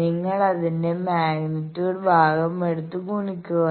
നിങ്ങൾ അതിന്റെ മാഗ്നിറ്റ്യൂഡ് ഭാഗം എടുത്ത് ഗുണിക്കുക